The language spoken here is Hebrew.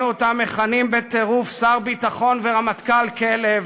שר ביטחון ורמטכ"ל "כלב".